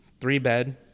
three-bed